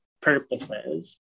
purposes